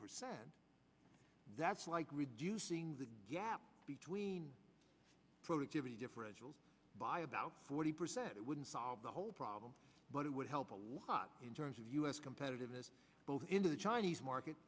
percent that's like reducing the gap between productivity differentials by about forty percent it wouldn't solve the whole problem but it would help a lot in terms of u s competitive is both in the chinese market